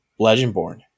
Legendborn